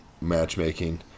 matchmaking